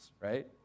right